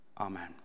amen